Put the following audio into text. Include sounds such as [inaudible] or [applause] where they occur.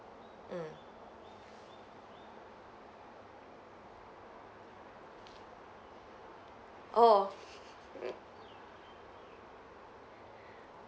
mm oh [laughs]